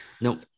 nope